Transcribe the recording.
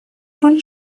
роль